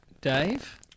Dave